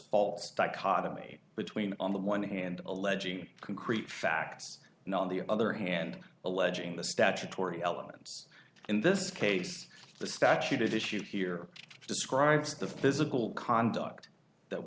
faults dichotomy between on the one hand alleging concrete facts not on the other hand alleging the statutory elements in this case the statute it issued here describes the physical conduct that